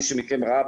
מי שמכם ראה,